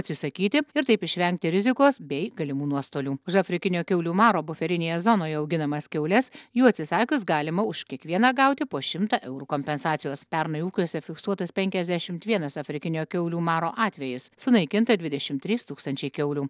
atsisakyti ir taip išvengti rizikos bei galimų nuostolių už afrikinio kiaulių maro buferinėje zonoje auginamas kiaules jų atsisakius galima už kiekvieną gauti po šimtą eurų kompensacijos pernai ūkiuose fiksuotas penkiasdešimt vienas afrikiniojo kiaulių maro atvejis sunaikinta dvidešim trys tūkstančiai kiaulių